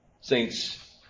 Saints